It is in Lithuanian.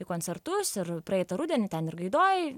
į koncertus ir praeitą rudenį ten ir gaidoj